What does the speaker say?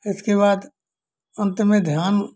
इसके बाद अंत में ध्यान